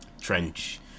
trench